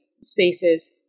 spaces